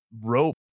rope